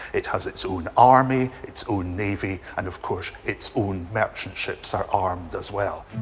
it has its own army, its own navy, and of course, its own merchant ships are armed as well.